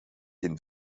den